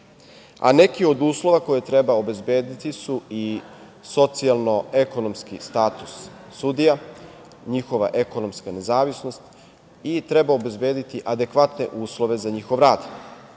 a neki od uslova koje treba obezbediti su i socijalno-ekonomski status sudija, njihova ekonomska nezavisnost i treba obezbediti adekvatne uslove za njihov